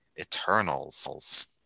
Eternals